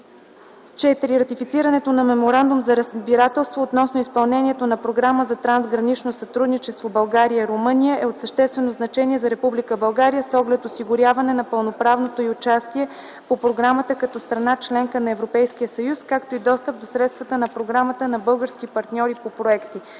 IV. Ратифицирането на Меморандум за разбирателство относно изпълнението на Програма за трансгранично сътрудничество България – Румъния 2007-2013 г. e от съществено значение за Република България с оглед осигуряване пълноправното й участие в Програмата като страна – членка на Европейския съюз, както и достъп до средствата по Програмата на български партньори по проекти.